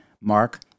Mark